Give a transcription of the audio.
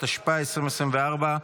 התשפ"ה 2024,